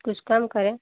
कुछ कम करें